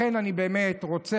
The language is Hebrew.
לכן אני באמת רוצה